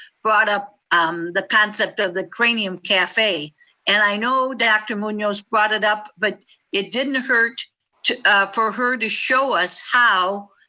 brought up um the concept of the cranium cafe and i know dr. munoz brought it up, but it didn't hurt for her to show us how,